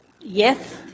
Yes